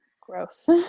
gross